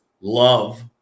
love